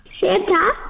Santa